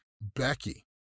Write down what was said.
Becky